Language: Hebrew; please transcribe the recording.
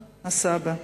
הסבא.